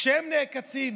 כשהם נעקצים